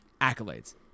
Accolades